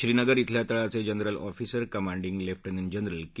श्रीनगर भ्रेल्या तळाचे general officer commanding lieutenant general के